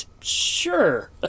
Sure